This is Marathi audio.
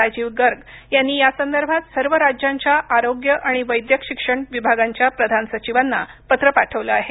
राजीव गर्ग यांनी यासंदर्भात सर्व राज्यांच्या आरोग्य आणि वैद्यक शिक्षण विभागांच्या प्रधान सचिवांना पत्र पाठवलं आहे